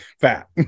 fat